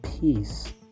peace